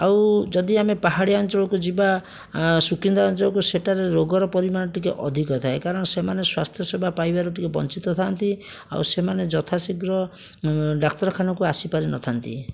ଆଉ ଯଦି ଆମେ ପାହାଡ଼ିଆ ଅଞ୍ଚଳକୁ ଯିବା ସୁକିନ୍ଦା ଅଞ୍ଚଳକୁ ସେଠାରେ ରୋଗର ପରିମାଣ ଟିକିଏ ଅଧିକ ଥାଏ କାରଣ ସେମାନେ ସ୍ଵାସ୍ଥ୍ୟସେବା ପାଇବାରୁ ଟିକିଏ ବଞ୍ଚିତଥାଆନ୍ତି ଆଉ ସେମାନେ ଯଥା ଶୀଘ୍ର ଡାକ୍ତରଖାନାକୁ ଆସି ପାରିନଥାନ୍ତି